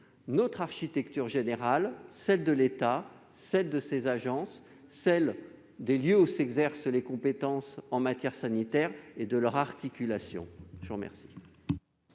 l'architecture générale, celle de l'État, de ses agences, des lieux où s'exercent les compétences en matière sanitaire, et de leur articulation. La parole